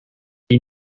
wie